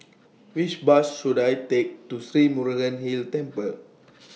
Which Bus should I Take to Sri Murugan Hill Temple